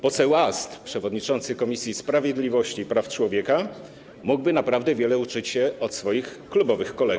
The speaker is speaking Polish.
Poseł Ast, przewodniczący Komisji Sprawiedliwości i Praw Człowieka, mógłby naprawdę wiele nauczyć się od swoich klubowych kolegów.